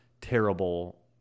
terrible